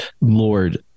Lord